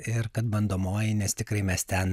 ir kad bandomoji nes tikrai mes ten